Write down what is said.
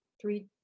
three